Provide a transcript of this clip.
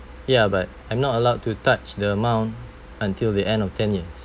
ya but I'm not allowed to touch the amount until the end of ten years